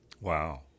Wow